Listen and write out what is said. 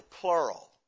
plural